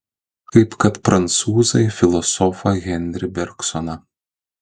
kaip kad prancūzai filosofą henri bergsoną